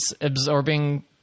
absorbing